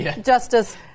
justice